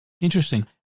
Interesting